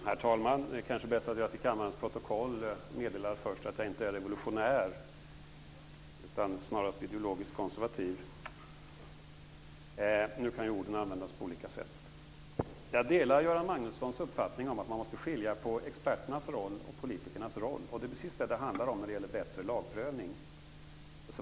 Herr talman! Det är kanske bäst att jag först till kammarens protokoll meddelar att jag inte är revolutionär utan snarast ideologiskt konservativ. Men nu kan ju orden användas på olika sätt. Jag delar Göran Magnussons uppfattning om att man måste skilja på experternas roll och politikernas roll. Det är precis vad det handlar om när det gäller bättre lagprövning.